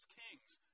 king's